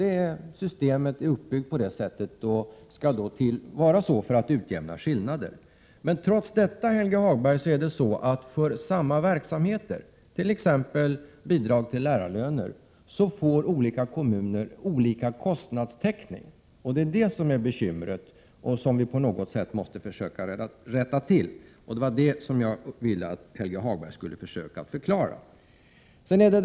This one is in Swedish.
Detta system är uppbyggt för att utjämna olika existerande skillnader. Men trots detta, Helge Hagberg, får olika kommuner olika kostnadstäckning för motsvarande verksamheter, t.ex. vad gäller lärarlöner. Detta är ett missförhållande som vi på något sätt måste försöka rätta till och som jag tyckte att Helge Hagberg skulle försöka att kommentera.